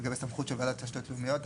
לגבי סמכות של ועדה לתשתיות לאומיות?